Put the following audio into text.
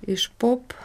iš pop